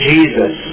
Jesus